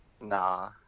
nah